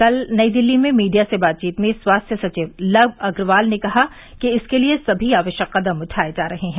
कल नई दिल्ली में मीडिया से बातचीत में स्वास्थ्य सचिव लव अग्रवाल ने कहा कि इसके लिए सभी आवश्यक कदम उठाये जा रहे हैं